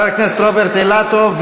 חבר הכנסת רוברט אילטוב,